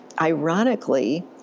ironically